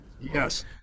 Yes